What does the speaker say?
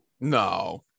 No